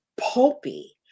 pulpy